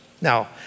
Now